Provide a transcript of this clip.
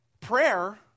Prayer